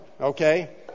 Okay